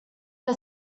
are